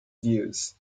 views